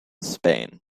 spain